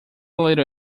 little